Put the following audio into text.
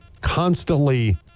constantly